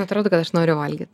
atrodo kad aš noriu valgyt